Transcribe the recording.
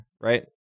right